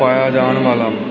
ਪਾਇਆ ਜਾਣ ਵਾਲਾ